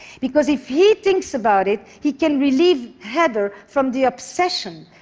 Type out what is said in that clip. because if he thinks about it, he can relieve heather from the obsession,